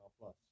Plus